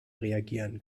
reagieren